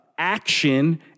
action